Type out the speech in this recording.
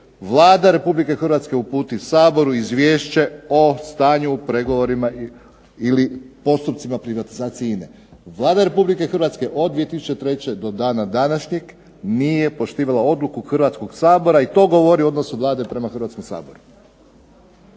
Vlada Republike Hrvatske uputi Saboru izvješće o stanju u pregovorima ili postupcima privatizacije INA-e. Vlada Republike Hrvatske od 2003. do dana današnjeg nije poštivala odluku Hrvatskoga sabora i to govori o odnosu Vlade prema Hrvatskom saboru.